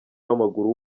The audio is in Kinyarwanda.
w’amaguru